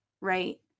right